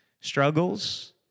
struggles